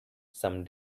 some